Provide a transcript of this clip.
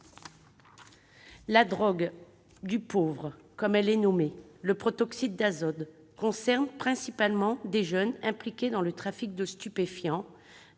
La « drogue du pauvre », ainsi qu'on surnomme le protoxyde d'azote, concerne principalement des jeunes impliqués dans le trafic de stupéfiants,